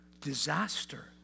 disaster